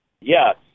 Yes